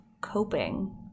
coping